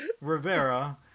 Rivera